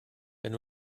wenn